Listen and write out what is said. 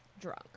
drunk